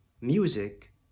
music